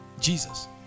Jesus